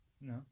No